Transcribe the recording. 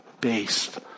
based